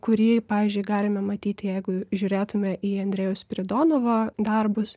kurį pavyzdžiui galime matyti jeigu žiūrėtume į andrejaus spiridonovo darbus